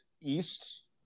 East